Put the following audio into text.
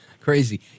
Crazy